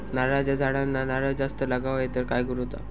नारळाच्या झाडांना नारळ जास्त लागा व्हाये तर काय करूचा?